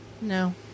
No